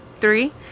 three